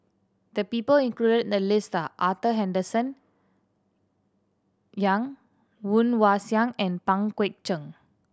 the people included in the list are Arthur Henderson Young Woon Wah Siang and Pang Guek Cheng